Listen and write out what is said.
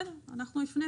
בסדר, אנחנו הפנינו.